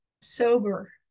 sober